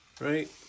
right